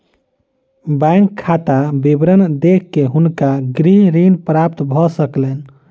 bank खाता विवरण देख के हुनका गृह ऋण प्राप्त भ सकलैन